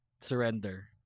surrender